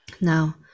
Now